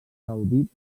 gaudit